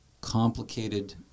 complicated